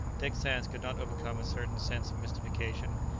dick sands could not overcome a certain sense of mystification.